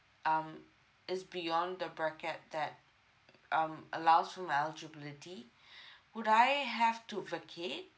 um is beyond the bracket that um allows for my eligibility would I have to vacate